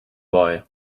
boy